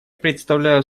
предоставляю